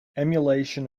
emulation